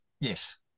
Yes